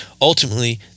Ultimately